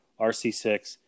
RC6